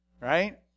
Right